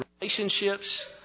relationships